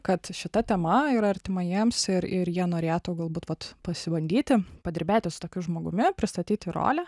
kad šita tema yra artima jiems ir ir jie norėtų galbūt vat pasibandyti padirbėti su tokiu žmogumi pristatyti rolę